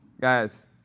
Guys